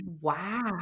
wow